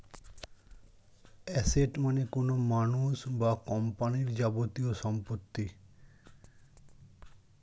asset মানে কোনো মানুষ বা কোম্পানির যাবতীয় সম্পত্তি